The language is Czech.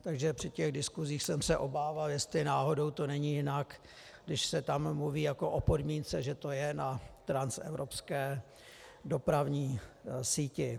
Takže při diskusích jsem se obával, jestli náhodou to není jinak, když se tam mluví jako o podmínce, že to je na transevropské dopravní síti.